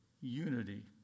unity